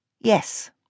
Yes